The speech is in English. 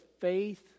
faith